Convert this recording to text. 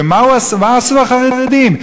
ומה עשו החרדים?